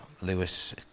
Lewis